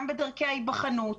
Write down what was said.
גם בדרכי ההיבחנות,